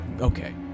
Okay